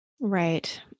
Right